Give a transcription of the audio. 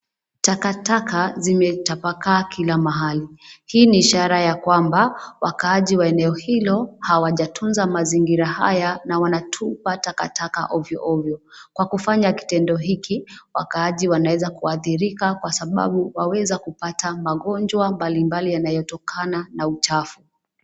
Takataka zimetapakaa kila mahali, hii ni ishara ya kwamba, wakaaji wa eneo hilo, hawajatunza mazingira haya na wanatupa takataka ovyo ovyo, kwa kufanya kitendo hiki, wakaaji wanaweza kuadhirika kwa sababu waweza kupata magonjwa mbalimbali yanayotokana na uchafu.